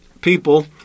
people